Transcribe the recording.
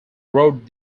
wrote